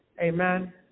Amen